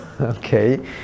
Okay